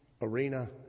arena